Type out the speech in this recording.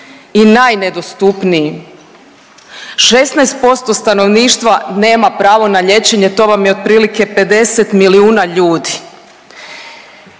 i najnedostupniji. 16% stanovništva nema pravo na liječenje to vam je otprilike 50 milijuna ljudi.